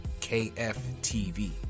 KFTV